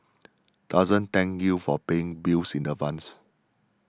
doesn't thank you for paying bills in advance